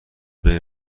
بین